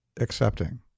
accepting